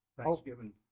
Thanksgiving